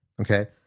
Okay